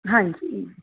ਹਾਂਜੀ